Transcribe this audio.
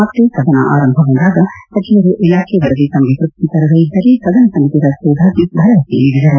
ಮತ್ತೆ ಸದನ ಆರಂಭಗೊಂಡಾಗಸಚಿವರುಇಲಾಖೆ ವರದಿ ತಮಗೆ ತೃಪ್ತಿ ತರದೇ ಇದ್ದರೆ ಸದನ ಸಮಿತಿ ರಚಿಸುವುದಾಗಿ ಭರವಸೆ ನೀಡಿದರು